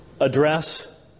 address